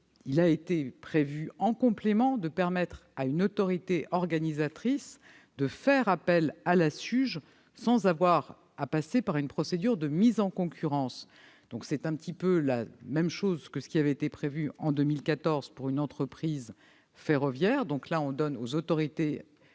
prévoit en complément de permettre à une autorité organisatrice de faire appel à la SUGE sans avoir à passer par une procédure de mise en concurrence. C'est un peu la même chose que ce qui avait été décidé en 2014 pour les entreprises ferroviaires, mais transposé aux autorités